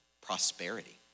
prosperity